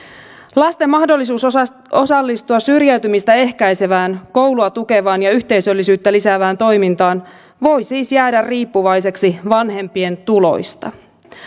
lasten mahdollisuus osallistua osallistua syrjäytymistä ehkäisevään koulua tukevaan ja yhteisöllisyyttä lisäävään toimintaan voi siis jäädä riippuvaiseksi vanhempien tuloista